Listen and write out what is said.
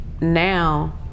now